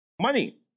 Money